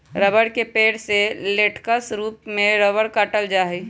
रबड़ के पेड़ से लेटेक्स के रूप में रबड़ काटल जा हई